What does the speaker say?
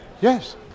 Yes